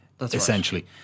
essentially